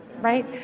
Right